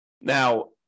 Now